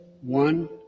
One